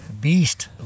Beast